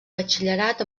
batxillerat